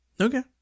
Okay